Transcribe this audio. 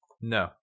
No